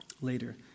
Later